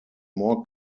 more